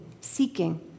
seeking